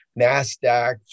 NASDAQ